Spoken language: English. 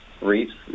reefs